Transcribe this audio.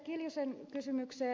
kiljusen kysymykseen